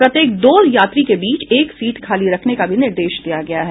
प्रत्येक दो यात्री के बीच एक सीट खाली रखने का भी निर्देश दिया गया है